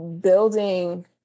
building